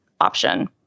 option